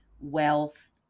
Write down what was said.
wealth